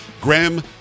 graham